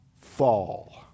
fall